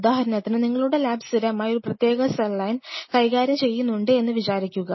ഉദാഹരണത്തിന് നിങ്ങളുടെ ലാബ് സ്ഥിരമായി ഒരു പ്രത്യേക സെൽ ലൈൻ കൈകാര്യം ചെയ്യുന്നുണ്ട് എന്ന് വിചാരിക്കുക